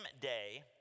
day